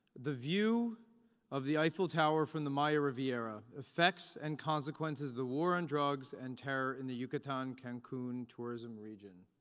the view of the eiffel tower from the maya riviera. effects and consequences of the war on drugs and terror in the yucatan-cancun tourism region.